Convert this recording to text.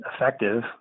effective